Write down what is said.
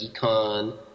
Econ